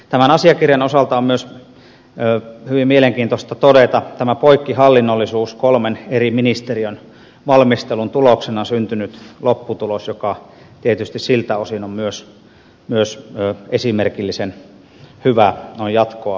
tämän asiakirjan osalta on myös hyvin mielenkiintoista todeta tämä poikkihallinnollisuus kolmen eri ministeriön valmistelun tuloksena syntynyt lopputulos joka tietysti siltä osin on myös esimerkillisen hyvä noin jatkoa ajatellen